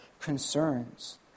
concerns